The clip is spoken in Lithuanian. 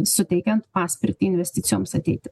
suteikiant paspirtį investicijoms ateiti